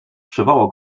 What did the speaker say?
przywołał